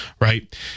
right